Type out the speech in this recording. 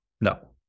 No